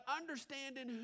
understanding